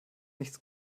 nichts